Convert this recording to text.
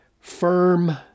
firm